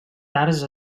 tard